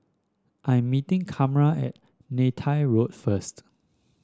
I'm meeting Carma at Neythai Road first